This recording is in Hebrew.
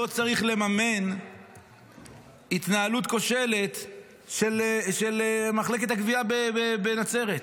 לא צריך לממן התנהלות כושלת של מחלקת הגבייה בנצרת.